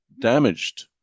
damaged